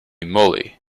moly